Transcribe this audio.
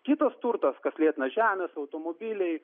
kitas turtas kas lėtina žemės automobiliai